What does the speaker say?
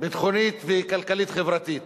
ביטחונית וכלכלית-חברתית.